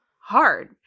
hard